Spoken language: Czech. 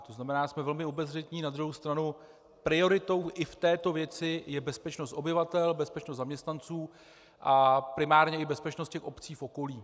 To znamená, jsme velmi obezřetní, na druhou stranu prioritou i v této věci je bezpečnost obyvatel, bezpečnost zaměstnanců a primárně i bezpečnost obcí v okolí.